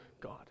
God